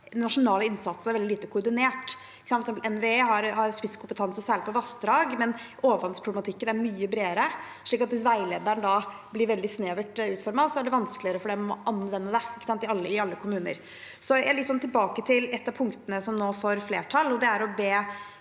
nasjonale innsatsen er veldig lite koordinert. NVE har spisskompetanse på særlig vassdrag, men overvannsproblematikken er mye bredere, så hvis veilederen da blir veldig snevert utformet, er det vanskeligere for alle kommuner å anvende den. Jeg vil derfor litt tilbake til et av punktene som nå får flertall, og det er å be